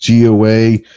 GOA